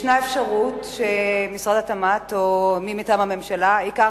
יש אפשרות שמשרד התמ"ת או מי מטעם הממשלה ייקח